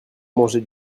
manger